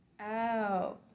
out